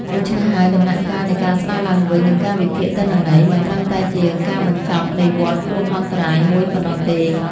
ដូច្នេះហើយ ដំណាក់កាលនៃការស្តារឡើងវិញ និងការវិភាគទិន្នន័យ មិនត្រឹមតែជាការបញ្ចប់នៃវដ្តគ្រោះមហន្តរាយមួយប៉ុណ្ណោះទេ។